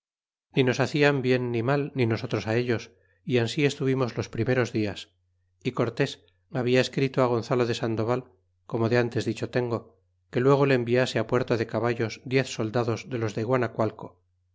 ni nos hacian bien ni mal ni nosotros á ellos y ansi estuvimos los primeros dias y cortés habla escrito gonzalo de sandoval como de ntes dicho tengo que luego le enviase á puerto de caballos diez soldados de los de